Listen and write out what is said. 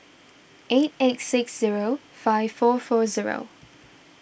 eight eight six zero five four four zero